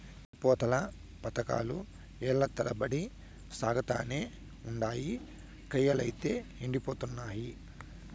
ఎత్తి పోతల పదకాలు ఏల్ల తరబడి సాగతానే ఉండాయి, కయ్యలైతే యెండిపోతున్నయి